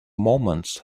moments